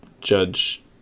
judge